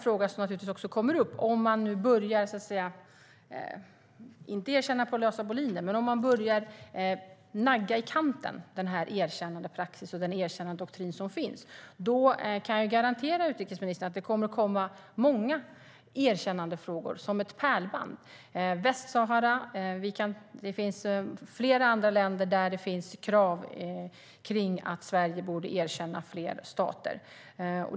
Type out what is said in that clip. Jag kan dessutom garantera utrikesministern att om man börjar nagga erkännandedoktrinen i kanten kommer det att komma ett pärlband av erkännandefrågor. Det gäller Västsahara och flera andra områden där det finns krav på Sverige att erkänna dem som stater.